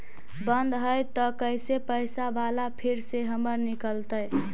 बन्द हैं त कैसे पैसा बाला फिर से हमर निकलतय?